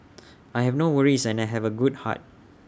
I have no worries and I have A good heart